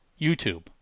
YouTube